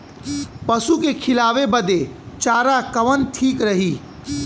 पशु के खिलावे बदे चारा कवन ठीक रही?